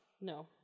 No